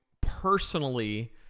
personally